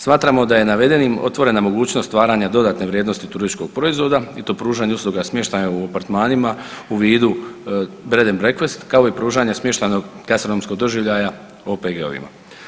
Smatramo da je navedenim otvorena mogućnost stvaranja dodatne vrijednosti turističkog proizvoda i to pružanja usluga smještaja u apartmanima u vidu breath and breakfast kao u pružanja smještajnog gastronomskog doživljaja OPG-ovima.